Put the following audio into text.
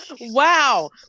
wow